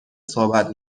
صحبت